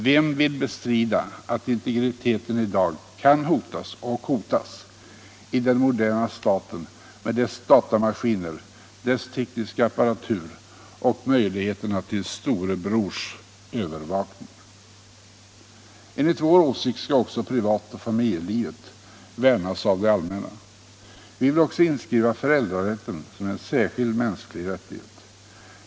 Vem vill bestrida att integriteten i dag kan hotas, och hotas, i den moderna staten med dess datamaskiner, dess tekniska apparatur och möjligheterna till Storebrors övervakning? Enligt vår åsikt skall också privatoch familjelivet värnas av det allmänna. Vi vill också inskriva föräldrarätten som en särskild mänsklig rättighet.